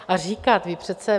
A říkat, vy přece...